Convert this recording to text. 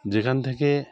যেখান থেকে